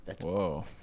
Whoa